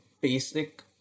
basic